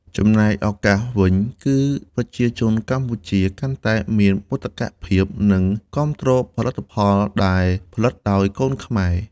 ចំណែកឱកាសវិញគឺ ប្រជាជនកម្ពុជាកាន់តែមានមោទកភាព និងគាំទ្រផលិតផលដែលផលិតដោយកូនខ្មែរ។